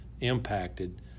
impacted